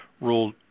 Rule